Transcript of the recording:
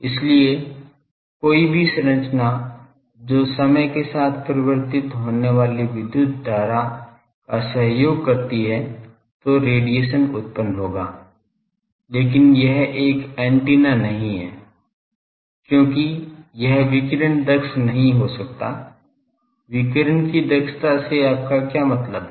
इसलिए कोई भी संरचना जो समय के साथ परिवर्तित होने वाली विद्युत धारा का सहयोग करती है तो रेडिएशन उत्पन्न होगा लेकिन यह एक एंटीना नहीं है क्योंकि यह विकिरण दक्ष नहीं हो सकता है विकिरण की दक्षता से आपका क्या मतलब है